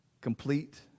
complete